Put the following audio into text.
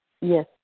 Yes